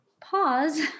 pause